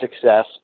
success